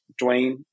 Dwayne